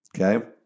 Okay